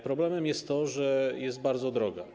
Problemem jest to, że jest bardzo droga.